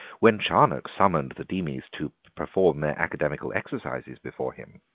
when charnock summoned the demies to perform their academical exercises before him,